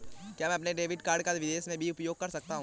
क्या मैं अपने डेबिट कार्ड को विदेश में भी उपयोग कर सकता हूं?